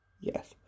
Yes